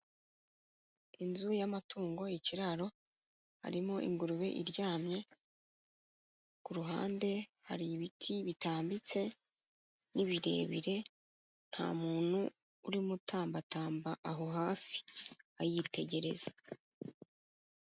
Inzu y'amatungo, ikiraro. Harimo ingurube iryamye. Ku ruhande, hari ibiti bitambitse, n'ibirebire. Nta muntu urimo utambatamba aho hafi, ayitegereza.